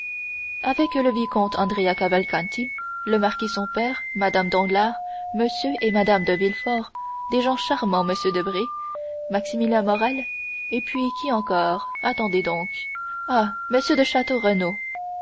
avec le vicomte andrea cavalcanti le marquis son père mme danglars m et mme de villefort des gens charmants m debray maximilien morrel et puis qui encore attendez donc ah m de